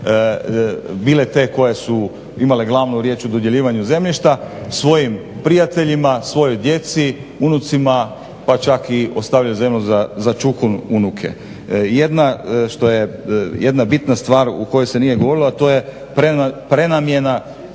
bile te koje su imale glavnu riječ u dodjeljivanju zemljišta svojim prijateljima, svojoj djeci, unucima pa čak i ostavljaju zemlju za čukun unuke. Jedna što je jedna bitna stvar o kojoj se govorilo, a to je prenamjena